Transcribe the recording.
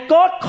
God